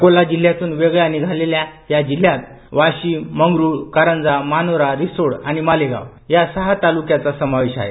अकोला जिल्ह्यातून वेगळ्या निघालेल्या या जिल्ह्यात वाशिम मंगरूळ कारंजा मानोरा रिसोड आणि मालेगांव या सहा तालुक्याचा समावेश आहे